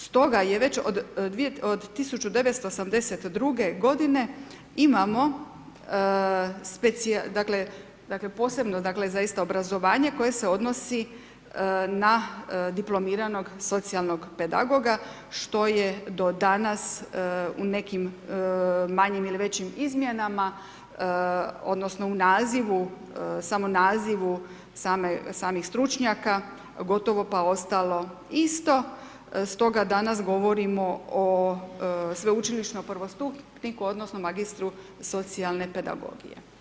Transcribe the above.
Stoga je već od 1982. godine, imamo, dakle posebno dakle obrazovanje koje se odnosi na diplomiranog socijalnog pedagoga što je do danas u nekim manjim ili većim izmjenama, odnosno u nazivu, samo nazivu samih stručnjaka gotovo pa ostalo isto, stoga danas govorimo o sveučilišnom prvostupniku odnosno magistru socijalne pedagogije.